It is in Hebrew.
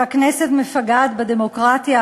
והכנסת מפגעת בדמוקרטיה,